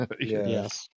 Yes